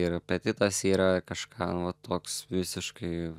ir apetitas yra kažką nu va toks visiškai